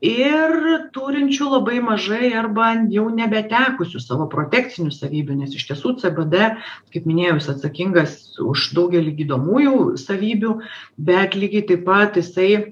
ir turinčiu labai mažai arba jau nebetekusiu savo protekcinių savybių nes iš tiesų cbd kaip minėjau jis atsakingas už daugelį gydomųjų savybių bet lygiai taip pat jisai